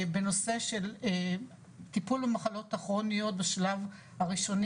בנושא של טיפול במחלות הכרוניות בשלב הראשוני